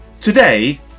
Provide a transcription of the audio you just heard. today